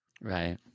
Right